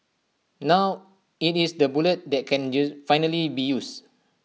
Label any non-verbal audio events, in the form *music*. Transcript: now IT is the bullet that can *unintelligible* finally be used